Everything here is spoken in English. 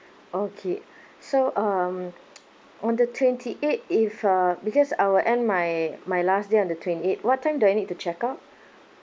okay so um on the twenty eighth if uh because I will end my my last day on the twenty eighth what time do I need to check out